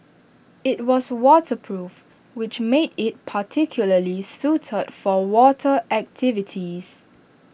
IT was waterproof which made IT particularly suited for water activities